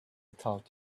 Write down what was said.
taught